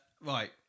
Right